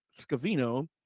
Scavino